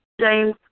James